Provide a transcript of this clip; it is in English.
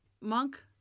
Monk